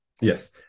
yes